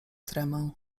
tremę